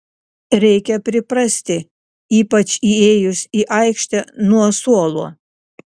reikia priprasti ypač įėjus į aikštę nuo suolo